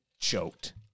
choked